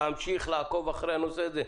אמשיך לעקוב אחרי הנושא הזה.